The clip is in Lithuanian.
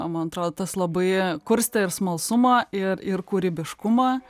man atrodo tas labai kurstė ir smalsumą ir ir kūrybiškumą